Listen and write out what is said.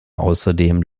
außerdem